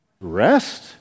Rest